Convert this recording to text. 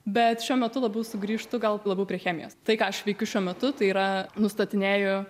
bet šiuo metu labiau sugrįžtu gal labiau prie chemijos tai ką aš veikiu šiuo metu tai yra nustatinėju